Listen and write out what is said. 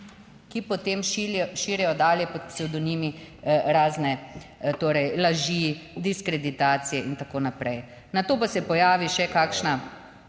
ki potem širijo dalje pod psevdonimi razne, torej laži, diskreditacije in tako naprej. Nato pa se pojavi še kakšna